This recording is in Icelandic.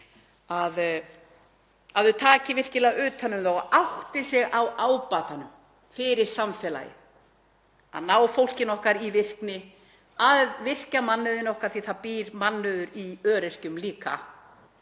að þau taki virkilega utan um það og átti sig á ábatanum fyrir samfélagið, að ná fólkinu okkar í virkni, að virkja mannauðinn okkar, því að það býr líka mannauður í öryrkjum.